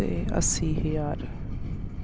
ਤੇ ਅੱਸੀ ਹਜ਼ਾਰ